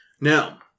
Now